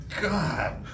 God